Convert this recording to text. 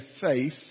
faith